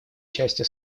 части